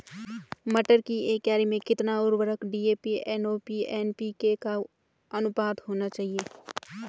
मटर की एक क्यारी में कितना उर्वरक डी.ए.पी एम.ओ.पी एन.पी.के का अनुपात होना चाहिए?